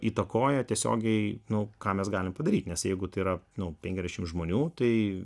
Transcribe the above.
įtakoja tiesiogiai nuo ką mes galim padaryt nes jeigu tai yra nuo penkiasdešim žmonių tai